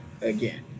again